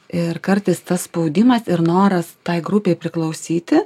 ir kartais tas spaudimas ir noras tai grupei priklausyti